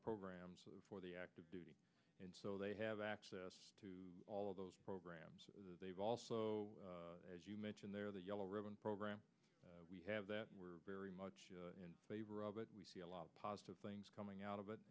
programs for the active duty and so they have access to all of those programs they've also as you mentioned there the yellow ribbon program we have that we're very much in favor of it we see a lot of positive things coming out of it